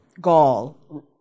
gall